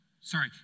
Sorry